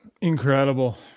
Incredible